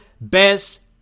best